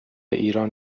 ایران